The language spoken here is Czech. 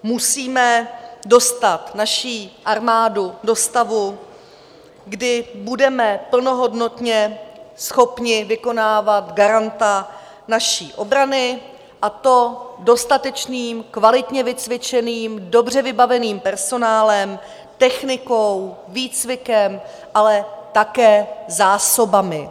Musíme dostat naši armádu do stavu, kdy budeme plnohodnotně schopni vykonávat garanta naší obrany, a to dostatečným, kvalitně vycvičeným, dobře vybaveným personálem, technikou, výcvikem, ale také zásobami.